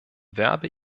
werbe